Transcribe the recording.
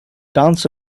danced